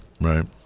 Right